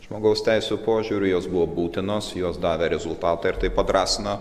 žmogaus teisių požiūriu jos buvo būtinos jos davė rezultatą ir tai padrąsina